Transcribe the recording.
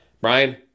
Brian